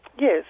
Yes